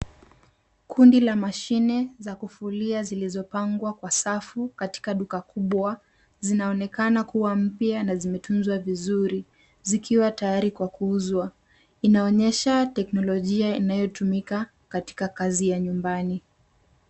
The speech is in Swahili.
Kundi la mashine za kufulia zilizopangwa kwa safu katika duka kubwa zinaonekana kuwa mpya na zimetunzwa vizuri, zikiwa tayari kwa kuuzwa. Inaonyesha teknolojia inayotumika katika kazi ya nyumbani.